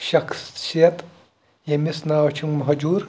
شخصیت ییٚمِس ناو چھُ مہجوٗر